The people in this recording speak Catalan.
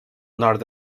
nord